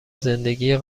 زندگی